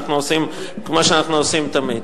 כמו שאנחנו עושים תמיד.